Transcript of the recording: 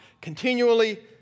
continually